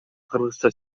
кыргызча